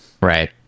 Right